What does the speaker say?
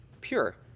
pure